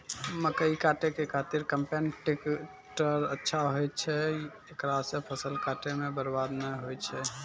मकई काटै के खातिर कम्पेन टेकटर अच्छा होय छै ऐकरा से फसल काटै मे बरवाद नैय होय छै?